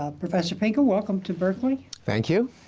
ah professor pinker, welcome to berkeley. thank you.